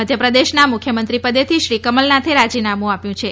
મદ્યપ્રદેશના મુખ્યમંત્રી પદેથી શ્રી કમલનાથે રાજીનામું આપ્યું છે